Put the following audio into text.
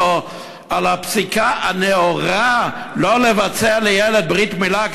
הפסיקה הנאורה לא לבצע לילד ברית מילה,